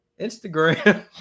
Instagram